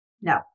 No